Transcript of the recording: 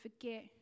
forget